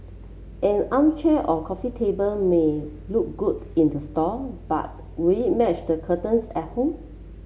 an armchair or coffee table may look good in the store but will match the curtains at home